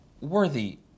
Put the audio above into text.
worthy